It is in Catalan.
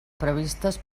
previstes